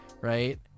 right